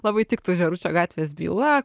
labai tiktų žėručio gatvės byla